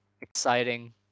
exciting